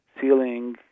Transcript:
ceiling